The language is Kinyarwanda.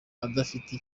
adafite